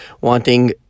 wanting